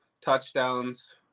touchdowns